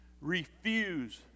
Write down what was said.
refuse